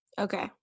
Okay